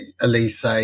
Elise